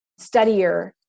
studier